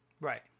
Right